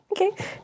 okay